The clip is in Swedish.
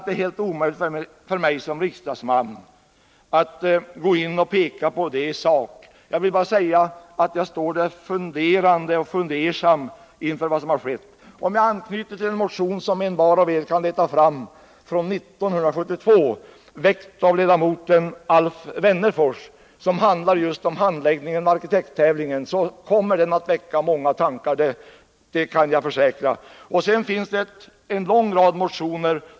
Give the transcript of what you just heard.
Det är omöjligt för mig som riksdagsman att i detalj klargöra detta. Jag vill bara säga att jag står funderande inför vad som har skett. Jag vill t.ex. anknyta till en motion, som de som är intresserade kan leta fram. Den väcktes år 1972 av Alf Wennerfors och avser handläggningen av arkitekttävlingen. Jag kan försäkra att den väcker många tankar. Dessa frågor belyses f. ö. i en rad motioner.